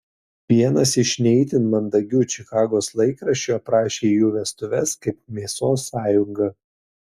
vienas iš ne itin mandagių čikagos laikraščių aprašė jų vestuves kaip mėsos sąjungą